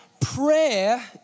Prayer